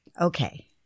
Okay